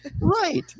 Right